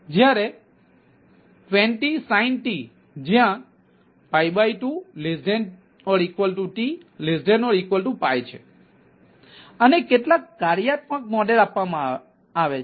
જ્યારે 20sin જ્યાં 2tછે આને કેટલાક કાર્યાત્મક મોડેલ આપવામાં આવે છે